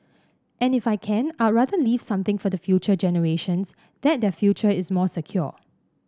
and if I can I'd rather leave something for the future generations that their future is more secure